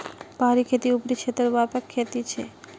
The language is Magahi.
पहाड़ी खेती ऊपरी क्षेत्रत व्यापक खेती छे